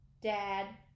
dad